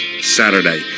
Saturday